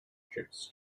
troops